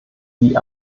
die